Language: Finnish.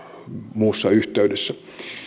muussa yhteydessä